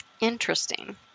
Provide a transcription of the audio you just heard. Interesting